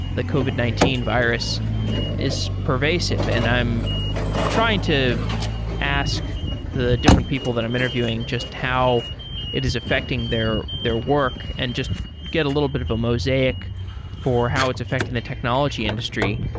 the covid nineteen virus is pervasive. and i'm trying to ask the different people that i'm interviewing just how it is affecting their their work and just get a little bit of a mosaic for how it's affecting the technology industry.